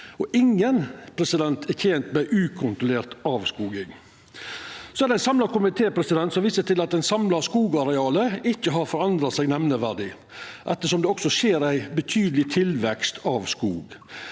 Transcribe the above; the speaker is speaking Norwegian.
Ingen er tente med ei ukontrollert avskoging. Det er ein samla komité som viser til at det samla skogarealet ikkje har forandra seg nemneverdig, ettersom det også skjer ein betydeleg tilvekst av skog.